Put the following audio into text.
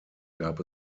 gab